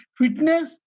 fitness